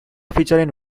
featured